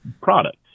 product